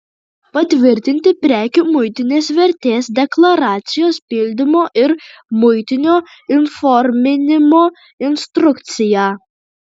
patvirtinti prekių muitinės vertės deklaracijos pildymo ir muitinio įforminimo instrukciją